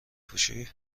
پوشی